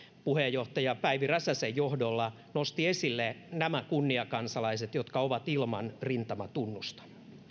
puheenjohtaja päivi räsäsen johdolla nosti esille nämä kunniakansalaiset jotka ovat ilman rintamatunnusta